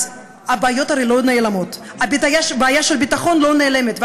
הבעיות הרי לא נעלמות, הבעיה של ביטחון לא נעלמת.